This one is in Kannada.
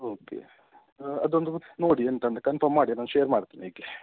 ಓಕೆ ಅದೊಂದು ನೋಡಿ ಎಂತ ಅಂತ ಕನ್ಫಮ್ ಮಾಡಿ ನಾನು ಶೇರ್ ಮಾಡ್ತೇನೆ ಈಗಲೆ